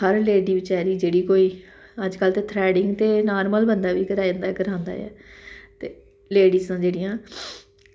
हर lady बेचारी जेह्ड़ी कोई अज्जकल ते थ्रैडिंग ते नॉर्मल बंदा बी करांदा ऐ ते लेडिज न जेह्ड़ियां